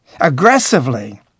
aggressively